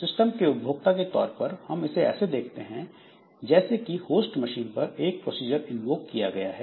system के उपभोक्ता के तौर पर हम इसे ऐसे देखते हैं जैसे कि होस्ट मशीन पर एक प्रोसीजर इन्वोक किया गया है